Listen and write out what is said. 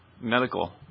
medical